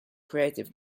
creative